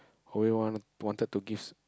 only want wanted to gives